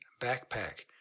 Backpack